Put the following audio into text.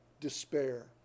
despair